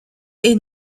est